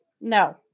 No